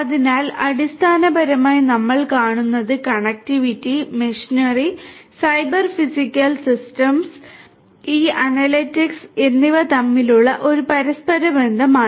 അതിനാൽ അടിസ്ഥാനപരമായി നമ്മൾ കാണുന്നത് കണക്റ്റിവിറ്റി മെഷിനറി സൈബർ ഫിസിക്കൽ സിസ്റ്റങ്ങൾ ഈ അനലിറ്റിക്സ് എന്നിവ തമ്മിലുള്ള ഒരു പരസ്പര ബന്ധമാണ്